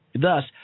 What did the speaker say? thus